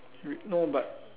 you no but